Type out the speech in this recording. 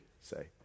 say